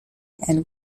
and